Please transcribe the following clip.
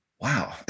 wow